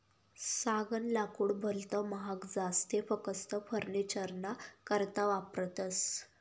सागनं लाकूड भलत महाग जास ते फकस्त फर्निचरना करता वापरतस